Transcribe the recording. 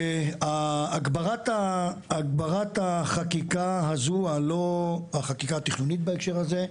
הגברת החקיקה התכנונית הזאת,